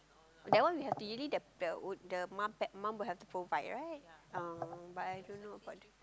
that one we have to really the the mum have the mum will have to provide right oh but I don't know about the